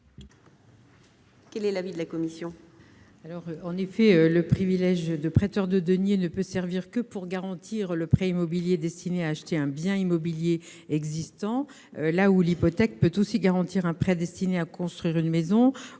Quel est l'avis de la commission